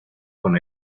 con